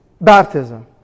baptism